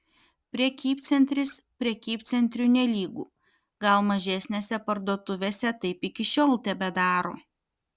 prekybcentris prekybcentriui nelygu gal mažesnėse parduotuvėse taip iki šiol tebedaro